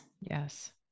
yes